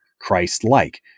Christ-like